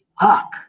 fuck